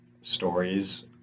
stories